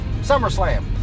SummerSlam